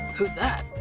who's that?